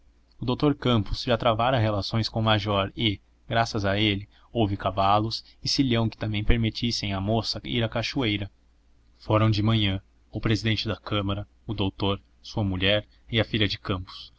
já travara relações com o major e graças a ele houve cavalos e silhão que também permitisse à moça ir à cachoeira foram de manhã o presidente da câmara o doutor sua mulher e a filha de campos